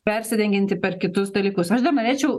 persidengianti per kitus dalykus aš dar norėčiau